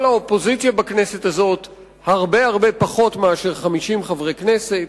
כל אופוזיציה בכנסת הזאת היא הרבה הרבה פחות מ-50 חברי כנסת.